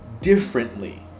differently